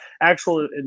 actual